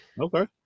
okay